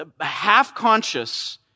half-conscious